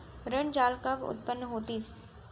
ऋण जाल कब उत्पन्न होतिस?